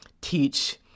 teach